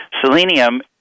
selenium